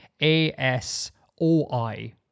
A-S-O-I